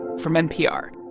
from npr